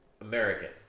American